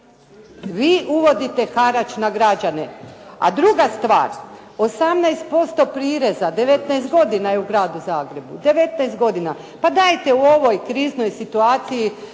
vi uvodite harač na građane. A druga stvar, 18% prireza 19 godina je u Gradu Zagrebu, 19 godina. Pa dajte u ovoj kriznoj situaciji